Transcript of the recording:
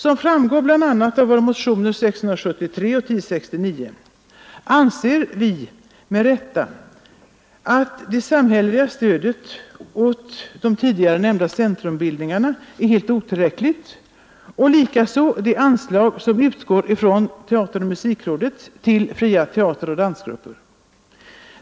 Som framgår bl.a. av våra motioner 673 och 1069 anser vi med rätta att det samhälleliga stödet åt de tidigare nämnda centrumbildningarna är helt otillräckligt, likaså det anslag som utgår från teateroch musikrådet till fria teateroch dansgrupper.